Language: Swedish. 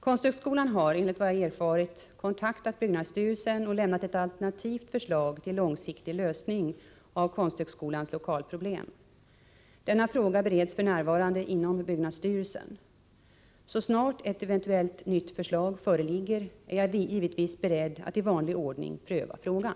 Konsthögskolan har, enligt vad jag har erfarit, kontaktat byggnadsstyrelsen och lämnat ett alternativt förslag till långsiktig lösning av högskolans lokalproblem. Denna fråga bereds f. n. inom byggnadsstyrelsen. Så snart ett eventuellt nytt förslag föreligger, är jag givetvis beredd att i vanlig ordning pröva frågan.